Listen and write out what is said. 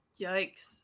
Yikes